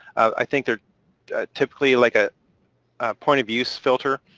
i think they're typically like a point of use filter,